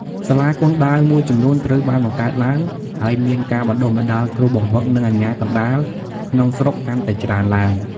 សាលាគុនដាវមួយចំនួនត្រូវបានបង្កើតឡើង ហើយមានការបណ្តុះបណ្តាលគ្រូបង្វឹក និងអាជ្ញាកណ្តាលក្នុងស្រុកកាន់តែច្រើនឡើង។